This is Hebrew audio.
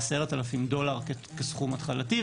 10,000 דולר כסכום התחלתי,